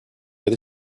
with